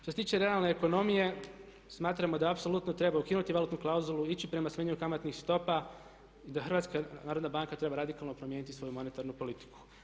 Što se tiče realne ekonomije, smatramo da apsolutno treba ukinuti valutnu klauzulu, ići prema smanjenju kamatnih stopa i da Hrvatska narodna banka treba radikalno promijeniti svoju monetarnu politiku.